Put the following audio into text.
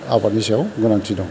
आबादनि सायाव गोनांथि दं